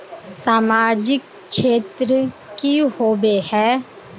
सामाजिक क्षेत्र की होबे है?